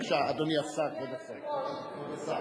בבקשה, אדוני השר, כבוד השר.